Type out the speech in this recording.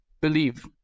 believe